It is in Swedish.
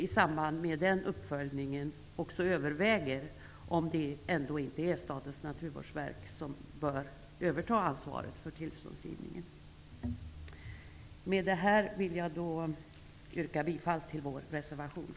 I samband med den uppföljningen vill vi att man också överväger om det ändå inte är Statens naturvårdsverk som bör överta ansvaret för tillståndsgivningen. Med detta yrkar jag, som sagt, bifall till vår reservation.